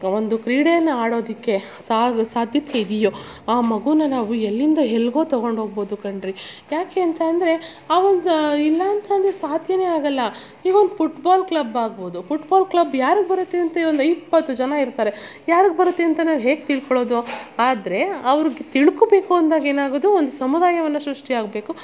ಒಂದು ಕ್ರೀಡೆಯನ್ನು ಆಡೋದಕ್ಕೆ ಸಾಧ್ಯತೆ ಇದೆಯೋ ಆ ಮಗೂನ ನಾವು ಎಲ್ಲಿಂದ ಎಲ್ಗೊ ತಗೊಂಡು ಹೋಗ್ಬೋದು ಕಣ್ರಿ ಯಾಕೆ ಅಂತಂದರೆ ಆ ಒಂದು ಇಲ್ಲ ಅಂತಂದರೆ ಸಾಧ್ಯವೇ ಆಗೋಲ್ಲ ಈಗ ಒಂದು ಪುಟ್ಬಾಲ್ ಕ್ಲಬ್ ಆಗ್ಬೋದು ಪುಟ್ಬಾಲ್ ಕ್ಲಬ್ ಯಾರಿಗೆ ಬರುತ್ತೆಂತ ಇವಾಗ ಇಪ್ಪತ್ತು ಜನ ಇರ್ತಾರೆ ಯಾರಿಗೆ ಬರುತ್ತೆಂತ ನಾವು ಹೇಗೆ ತಿಳ್ಕೊಳ್ಳೋದು ಆದರೆ ಅವ್ರಿಗೆ ತಿಳುಕೋಬೇಕು ಅಂದಾಗ ಏನಾಗೋದು ಒಂದು ಸಮುದಾಯವನ್ನು ಸೃಷ್ಟಿ ಆಗಬೇಕು